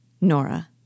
Nora